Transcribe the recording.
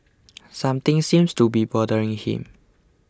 something seems to be bothering him